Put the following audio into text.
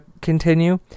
continue